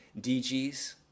DGs